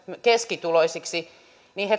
keskituloisiksi